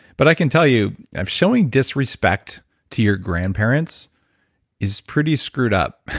but i can tell you showing disrespect to your grandparents is pretty screwed up,